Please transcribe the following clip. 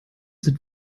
sind